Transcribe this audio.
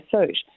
suit